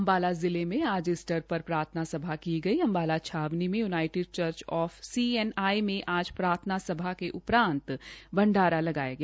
अंबाला जिले में आज ईस्टर पर प्रार्थना सभा की गई अंबाला छावनी के यूनाईटिड चर्च ऑफ सीएनआई में आज प्रार्थना सभा के उपरांत भंडारा लगाया गया